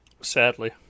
Sadly